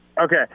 Okay